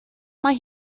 mae